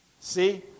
See